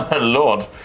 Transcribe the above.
Lord